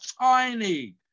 tiny